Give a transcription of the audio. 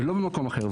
ולא במקום אחר.